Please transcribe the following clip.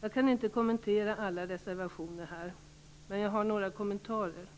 Jag kan inte kommentera alla reservationer här, men jag har några kommentarer.